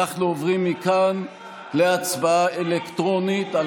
אנחנו עוברים מכאן להצבעה אלקטרונית על